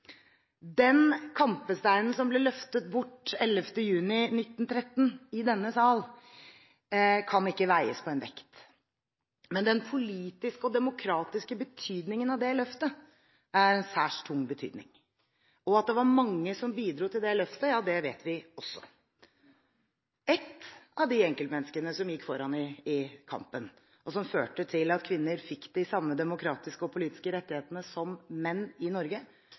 Den kampesteinen som ble løftet bort den 11. juni 1913 i denne sal, kan ikke veies på en vekt, men den politiske og demokratiske betydningen av det løftet er en særs tung betydning. At det var mange som bidro til det løftet, vet vi også. Ett av de enkeltmenneskene som gikk foran i kampen som førte til at kvinner fikk de samme demokratiske og politiske rettighetene som menn i Norge,